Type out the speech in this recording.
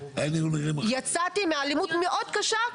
יצאתי מאלימות מאוד קשה,